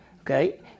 okay